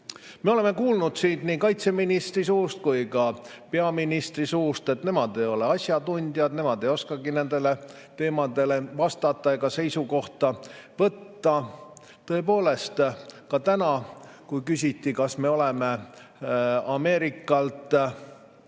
Me oleme kuulnud siin nii kaitseministri suust kui ka peaministri suust, et nemad ei ole asjatundjad, nemad ei oskagi nendele teemadele vastata ega seisukohta võtta. Tõepoolest, ka täna, kui küsiti, kas me oleme Ameerika